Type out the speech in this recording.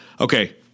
Okay